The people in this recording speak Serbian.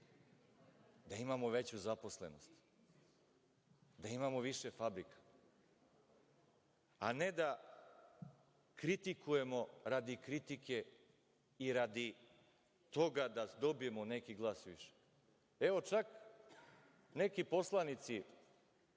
da imamo veću zaposlenost, da imamo više fabrika, a ne da kritikujemo radi kritike i radi toga da dobijemo neki glas više. Neki poslanici